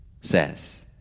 says